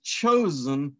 chosen